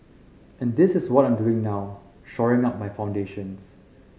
and this is what I'm doing now shoring up my foundations